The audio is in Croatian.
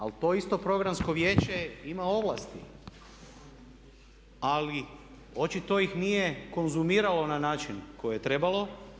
Ali to isto programsko vijeće ima ovlasti ali očito ih nije konzumiralo na način koji je trebalo.